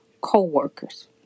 co-workers